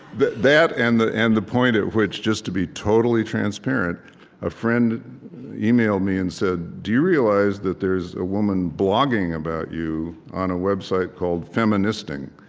that that and and the point at which just to be totally transparent a friend emailed me and said, do you realize that there's a woman blogging about you on a website called feministing?